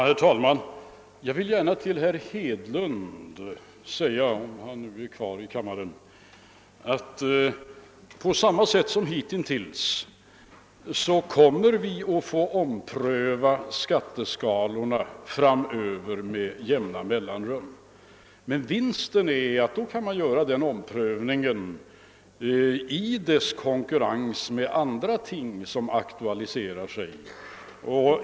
Herr talman! Jag vill gärna till herr Hedlund säga — om han nu är kvar i kammaren — att vi på samma sätt som hittills kommer att få ompröva skatteskalorna framöver med jämna mellanrum. Men vinsten är att man då kan göra den omprövningen i konkurrens med andra ting som aktualiseras.